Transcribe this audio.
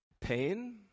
pain